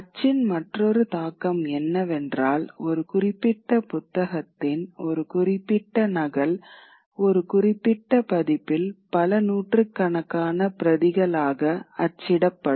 அச்சின் மற்றொரு தாக்கம் என்னவென்றால் ஒரு குறிப்பிட்ட புத்தகத்தின் ஒரு குறிப்பிட்ட நகல் ஒரு குறிப்பிட்ட பதிப்பில் பல நூற்றுக்கணக்கான பிரதிகளாக அச்சிடப்படும்